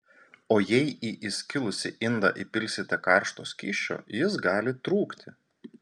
o jei į įskilusį indą įpilsite karšto skysčio jis gali trūkti